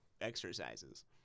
exercises